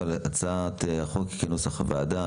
אבל הצעת החוק כנוסח הוועדה.